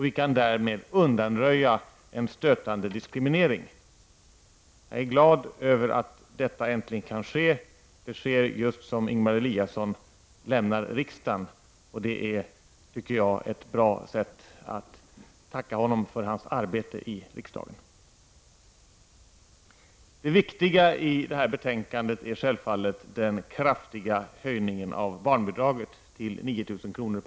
Vi kan därmed undanröja en stötande diskriminering. Jag är glad över att detta äntligen kan ske. Det sker just som Ingemar Eliasson skall lämna riksdagen. Detta tycker jag är ett bra sätt att tacka honom för hans arbete i riksdagen. Det viktigaste i detta betänkande är självfallet den kraftiga höjningen av barnbidraget till 9 000 kr. per år.